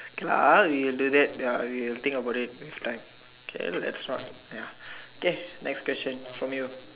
okay lah we will do that uh we will think about it next time okay that's right ya okay next question from you